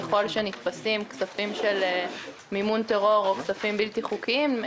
שככל שנתפסים כספים של מימון טרור או כספים בלתי חוקיים,